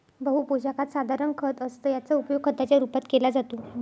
बहु पोशाखात साधारण खत असतं याचा उपयोग खताच्या रूपात केला जातो